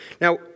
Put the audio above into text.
Now